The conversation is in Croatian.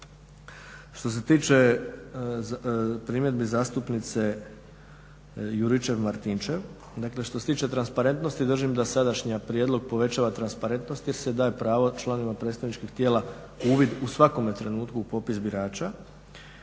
Što se tiče primjedbi zastupnice Juričev-Martinčev, dakle što se tiče transparentnosti držim da sadašnji prijedlog povećava transparentnost jer se daje pravo članovima predstavničkih tijela uvid u svakome trenutku u popis birača.